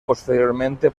posteriormente